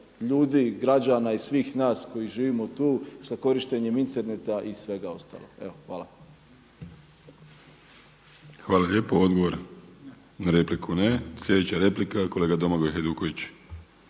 ljudi, građana i svih nas koji živimo tu sa korištenjem interneta i svega ostalog. Evo hvala. **Vrdoljak, Ivan (HNS)** Hvala lijepo. Odgovor na repliku. Ne. Sljedeća replika kolega Domagoj Hajduković.